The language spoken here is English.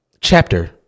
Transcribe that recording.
chapter